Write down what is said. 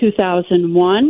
2001